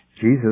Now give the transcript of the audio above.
Jesus